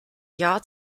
jahr